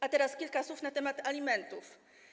A teraz kilka słów na temat alimentów.